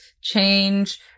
change